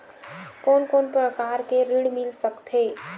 कोन कोन प्रकार के ऋण मिल सकथे?